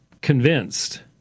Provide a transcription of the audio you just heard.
convinced